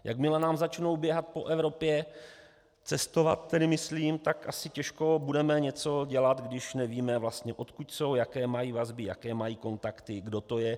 Jakmile nám začnou běhat po Evropě, cestovat tedy myslím, tak asi těžko budeme něco dělat, když nevíme vlastně, odkud jsou, jaké mají vazby, jaké mají kontakty, kdo to je.